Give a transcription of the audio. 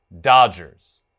Dodgers